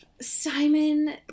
Simon